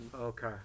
Okay